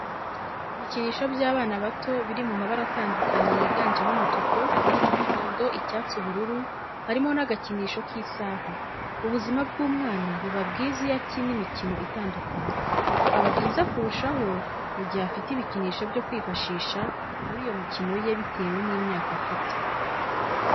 Ibikinisho by'abana bato biri mu mabara atandukanye yiganjemo umutuku, umuhondo, icyatsi, ubururu, harimo n'agakinisho k'isaha, ubuzima bw'umwana buba bwiza iyo akina imikino itandukanye, bikaba byiza kurushaho mu gihe afite ibikinisho byo kwifashisha muri iyo mikino ye bitewe n'imyaka afite.